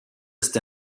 ist